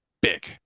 big